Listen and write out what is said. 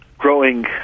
growing